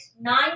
nine